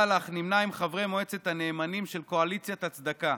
סלאח נמנה עם חברי מועצת הנאמנים של קואליציית הצדקה,